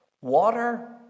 Water